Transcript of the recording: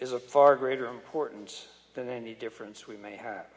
is a far greater importance than any difference we may have